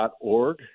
org